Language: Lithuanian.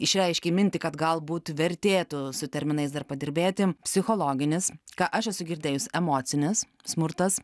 išreiškei mintį kad galbūt vertėtų su terminais dar padirbėti psichologinis ką aš esu girdėjus emocinis smurtas